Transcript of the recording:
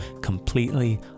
completely